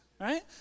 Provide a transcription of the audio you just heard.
Right